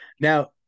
Now